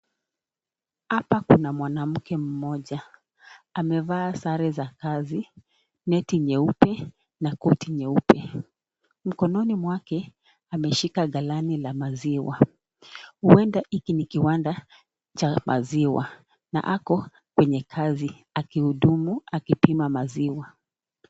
Hapa kuna mwanamke mmoja amevaa sare za kazi, neti nyeupe na koti nyeupe. Mkononi mwake ameshika ghalani la maziwa huenda hiki ni kiwanda cha maziwa na ako kwenye kazi akihudumu akipima maziwa.